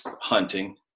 hunting